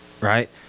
Right